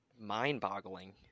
mind-boggling